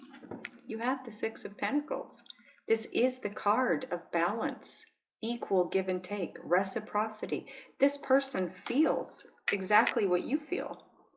you have the six of pentacles this is the card of balance equal give-and-take reciprocity this person feels exactly what you feel?